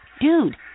dude